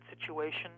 situation